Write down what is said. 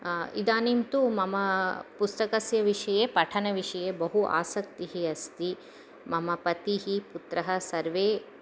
इदानीं तु मम पुस्तकस्य विषये पठनविषये बहु आसक्तिः अस्ति मम पतिः पुत्रः सर्वे